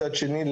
מצד שני,